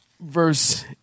verse